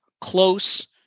close